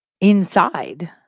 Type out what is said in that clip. inside